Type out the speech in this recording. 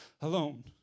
alone